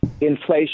inflation